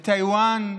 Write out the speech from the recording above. בטאיוואן,